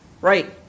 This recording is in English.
right